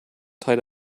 tied